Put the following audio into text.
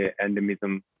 endemism